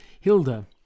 Hilda